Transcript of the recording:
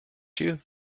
you